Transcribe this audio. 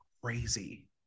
crazy